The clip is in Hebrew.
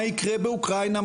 מה יקרה באוקראינה,